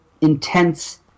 intense